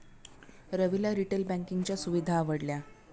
रविला रिटेल बँकिंगच्या सुविधा आवडल्या